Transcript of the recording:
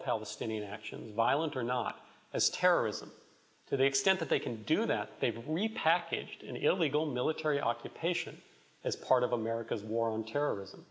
palestinian actions violent or not as terrorism to the extent that they can do that they repackaged illegal military occupation as part of america's war on terrorism